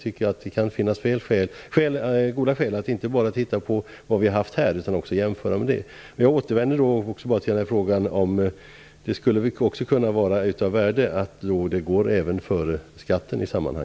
Det kan finnas goda skäl att inte bara titta på vad vi haft här utan också jämföra med andra länder. Jag återvänder till frågan om det skulle kunna vara av värde att låta det gå före skatten.